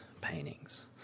paintings